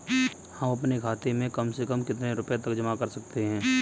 हम अपने खाते में कम से कम कितने रुपये तक जमा कर सकते हैं?